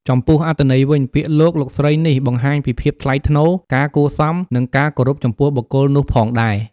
ចំពោះអត្ថន័យវិញ ពាក្យលោក លោកស្រីនេះ បង្ហាញពីភាពថ្លៃថ្នូរ ការគួរសម និងការគោរពចំពោះបុគ្គលនោះផងដែរ។